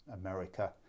America